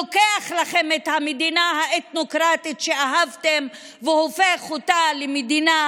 לוקח לכם את המדינה האתנוקרטית שאהבתם והופך אותה למדינה